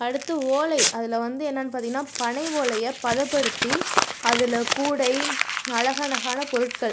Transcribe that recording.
அடுத்து ஓலை அதில் வந்து என்னனு பார்த்திங்கனா பனை ஓலையை பதப்படுத்தி அதில் கூடை அழகழகான பொருட்கள்